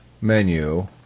menu